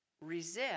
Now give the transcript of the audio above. resist